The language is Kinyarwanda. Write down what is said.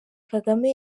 kagame